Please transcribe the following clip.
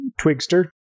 Twigster